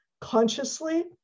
consciously